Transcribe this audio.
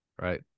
right